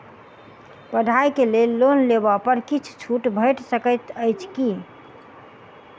पढ़ाई केँ लेल लोन लेबऽ पर किछ छुट भैट सकैत अछि की?